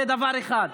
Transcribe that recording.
זה דבר אחד.